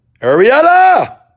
Ariella